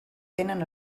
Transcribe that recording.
tenen